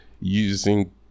using